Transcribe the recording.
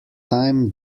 time